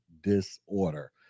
disorder